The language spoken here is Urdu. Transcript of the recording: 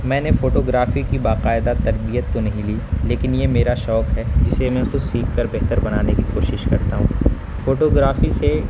میں نے فوٹوگرافی کی باقاعدہ تربیت تو نہیں لی لیکن یہ میرا شوق ہے جسے میں خود سیکھ کر بہتر بنانے کی کوشش کرتا ہوں فوٹوگرافی سے